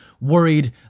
worried